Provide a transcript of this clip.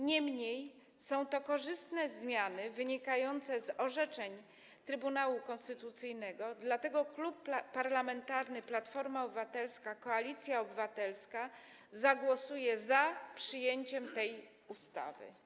Niemniej są to korzystne zmiany wynikające z orzeczeń Trybunału Konstytucyjnego, dlatego Klub Parlamentarny Platforma Obywatelska - Koalicja Obywatelska zagłosuje za przyjęciem tej ustawy.